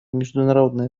международное